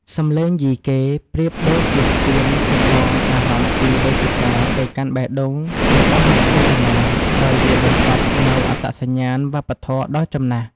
សំឡេងយីកេប្រៀបដូចជាស្ពានចម្លងអារម្មណ៍ពីវេទិកាទៅកាន់បេះដូងរបស់អ្នកទស្សនា ដោយវាបង្កប់នូវអត្តសញ្ញាណវប្បធម៌ដ៏ចំណាស់។